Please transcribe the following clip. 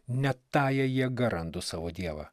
net tąja jėga randu savo dievą